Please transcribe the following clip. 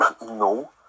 No